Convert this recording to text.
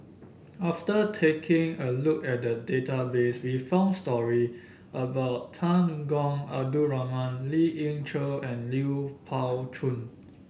after taking a look at the database we found story about Temenggong Abdul Rahman Lien Ying Chow and Lui Pao Chuen